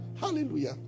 Hallelujah